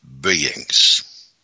beings